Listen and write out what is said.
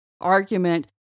argument